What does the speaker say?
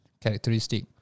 characteristic